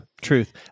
Truth